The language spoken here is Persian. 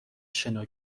شنا